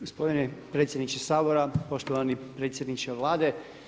Gospodine predsjedniče Sabora, poštovani predsjedniče Vlade.